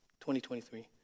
2023